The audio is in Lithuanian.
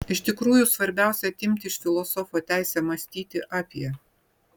iš tikrųjų svarbiausia atimti iš filosofo teisę mąstyti apie